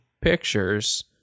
pictures